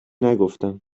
نگفتم